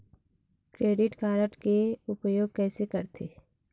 Credit card के उपयोग कैसे करथे?